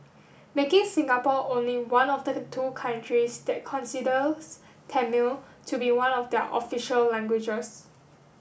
making Singapore only one of the two countries that considers Tamil to be one of their official languages